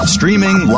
Streaming